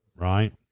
right